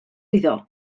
iddo